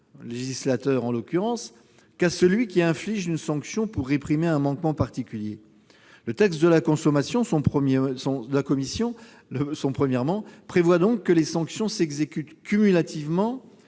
législateur -qu'à celui qui inflige une sanction pour réprimer un manquement particulier. Le texte de la commission, dans son 1°, prévoit donc que les sanctions s'exécutent cumulativement,